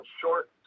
short